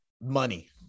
money